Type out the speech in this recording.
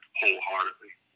wholeheartedly